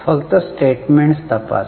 फक्त स्टेटमेंट्स तपासा